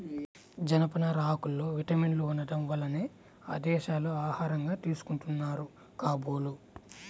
జనపనార ఆకుల్లో విటమిన్లు ఉండటం వల్లనే ఆ దేశాల్లో ఆహారంగా తీసుకుంటున్నారు కాబోలు